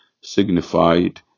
signified